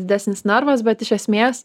didesnis narvas bet iš esmės